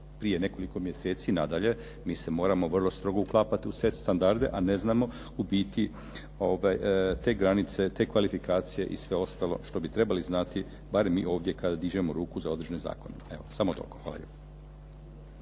prije nekoliko mjeseci nadalje mi se moramo vrlo strogo uklapati u …/Govornik se ne razumije./… standarde a ne znamo u biti te granice, te kvalifikacije i sve ostalo što bi trebali znati, barem mi ovdje kada dižemo ruku za određene zakone. Evo samo toliko.